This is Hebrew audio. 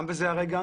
גם בזה הרגע